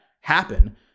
happen